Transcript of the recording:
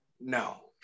No